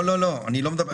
לא, לא, לא.